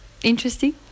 Interesting